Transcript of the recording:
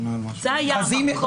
אז היא --- זה היה המקור.